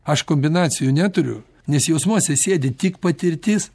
aš kombinacijų neturiu nes jausmuose sėdi tik patirtis